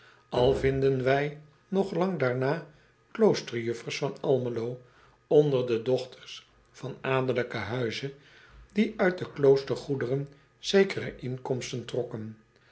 al vinden wij nog lang daarna kloosterjuffers van lmelo onder de dochters van adellijken huize die uit de kloostergoederen zekere inkomsten trokken